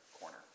corner